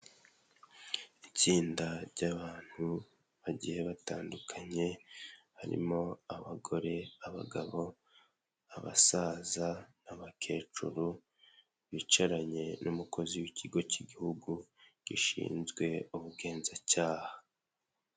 itsinda ry'abantu bagiye batandukanye, harimo abagore, abagabo, abasaza n'abakecuru, bicaranye n'umukozi w'ikigo cy'igihugu gishinzwe ubugenzacyaha.